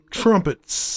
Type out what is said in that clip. trumpets